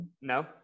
No